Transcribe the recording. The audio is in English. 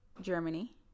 Germany